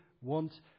want